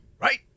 Right